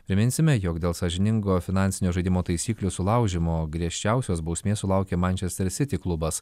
priminsime jog dėl sąžiningo finansinio žaidimo taisyklių sulaužymo griežčiausios bausmės sulaukė manchester city klubas